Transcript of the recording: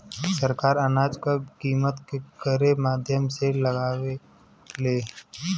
सरकार अनाज क कीमत केकरे माध्यम से लगावे ले?